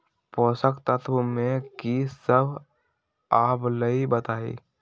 पोषक तत्व म की सब आबलई बताई?